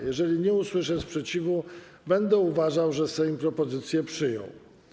Jeżeli nie usłyszę sprzeciwu, będę uważał, że Sejm propozycję przyjął.